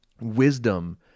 wisdom